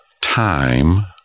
time